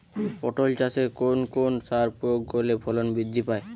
পটল চাষে কোন কোন সার প্রয়োগ করলে ফলন বৃদ্ধি পায়?